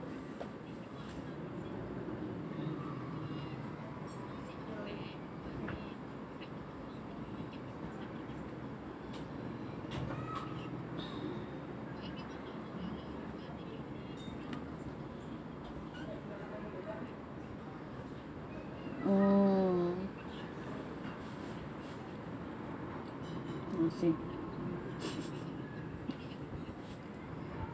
mm I see